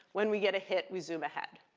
when we get a hit, we zoom ahead.